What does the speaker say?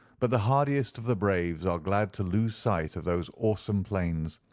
but the hardiest of the braves are glad to lose sight of those awesome plains,